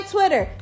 Twitter